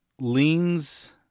leans